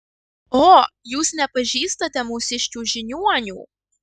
o jūs nepažįstate mūsiškių žiniuonių